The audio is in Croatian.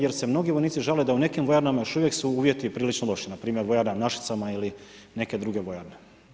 Jer se mnogi vojnici žale da u nekim vojarnama još uvijek su uvjeti prilično loši, npr. vojarna u Našicama ili neke druge vojarne.